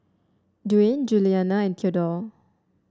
Duane Julianna and Theadore